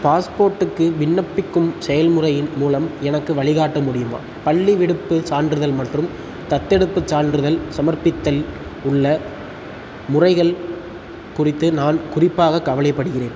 பாஸ்போர்ட்டுக்கு விண்ணப்பிக்கும் செயல்முறையின் மூலம் எனக்கு வழிகாட்ட முடியுமா பள்ளி விடுப்புச் சான்றிதழ் மற்றும் தத்தெடுப்புச் சான்றிதழ் சமர்ப்பித்தல் உள்ள முறைகள் குறித்து நான் குறிப்பாக கவலைப்படுகிறேன்